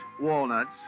walnuts